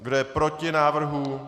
Kdo je proti návrhu?